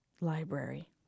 library